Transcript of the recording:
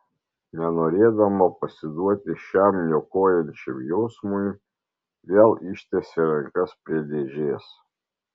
nenorėdama pasiduoti šiam niokojančiam jausmui vėl ištiesė rankas prie dėžės